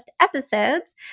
episodes